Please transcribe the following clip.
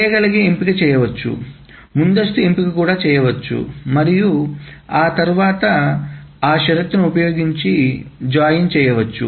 చేయగలిగే ఎంపిక చేయవచ్చు ముందస్తు ఎంపిక కూడా చేయవచ్చు మరియు ఆ తర్వాత ఆ షరతును ఉపయోగించి జాయిన్ చేయవచ్చు